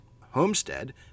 Homestead